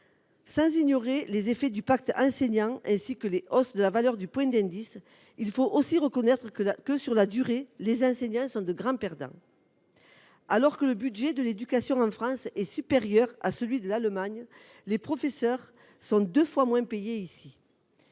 sans ignorer les effets du pacte Enseignant ni les différentes revalorisations du point d’indice, il faut bien reconnaître que, sur la durée, les enseignants sont de grands perdants : alors que le budget de l’éducation en France est supérieur à ce qu’il est en Allemagne, les professeurs sont deux fois moins payés ici